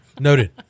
Noted